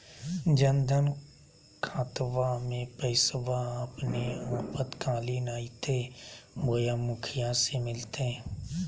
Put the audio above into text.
जन धन खाताबा में पैसबा अपने आपातकालीन आयते बोया मुखिया से मिलते?